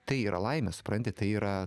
tai yra laimė supranti tai yra